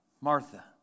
Martha